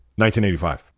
1985